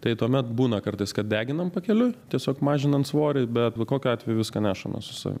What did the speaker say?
tai tuomet būna kartais kad deginam pakeliui tiesiog mažinant svorį bet bet kokiu atveju viską nešamės su savim